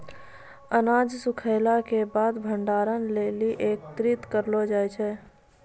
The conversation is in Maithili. अनाज सूखैला क बाद भंडारण लेलि एकत्रित करलो जाय छै?